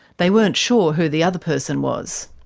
they weren't sure who the other person was.